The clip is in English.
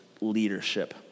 leadership